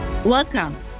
Welcome